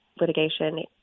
litigation